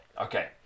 Okay